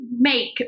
make